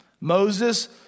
Moses